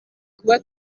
kuba